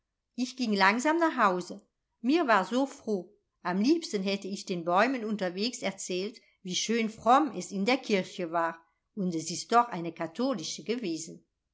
ich ging langsam nach hause mir war so froh am liebsten hätte ich den bäumen unterwegs erzählt wie schön fromm es in der kirche war und es ist doch eine katholische gewesen